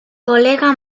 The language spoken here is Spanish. colega